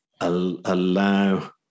allow